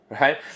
right